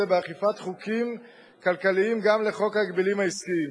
באכיפת חוקים כלכליים גם לחוק ההגבלים העסקיים.